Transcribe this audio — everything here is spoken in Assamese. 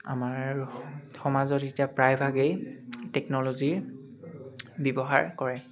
আমাৰ সমাজত এতিয়া প্ৰায়ভাগেই টেকন'লজিৰ ব্যৱহাৰ কৰে